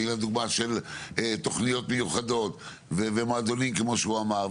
והנה דוגמה של תוכניות מיוחדות ומועדונים כמו שהוא אמר,